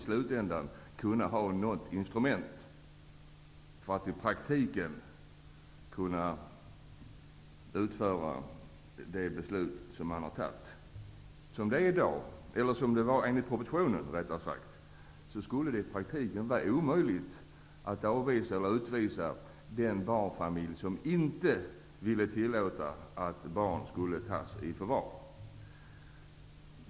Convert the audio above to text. I slutändan måste det finnas något instrument för att i praktiken kunna verkställa fattade beslut. Enligt propositionen skulle det i praktiken vara omöjligt att avvisa eller utvisa den barnfamilj som inte vill tillåta att barnen tas i förvar.